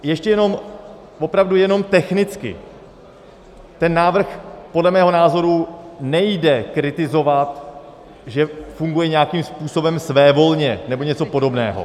Ještě jenom, opravdu jenom technicky, ten návrh podle mého názoru nejde kritizovat, že funguje nějakým způsobem svévolně nebo něco podobného.